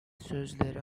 sözleri